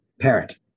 parent